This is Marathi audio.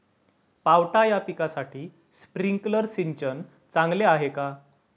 पावटा या पिकासाठी स्प्रिंकलर सिंचन चांगले आहे का?